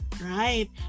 Right